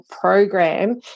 program